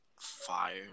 fire